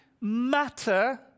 matter